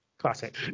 classic